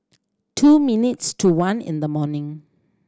two minutes to one in the morning